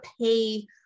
pay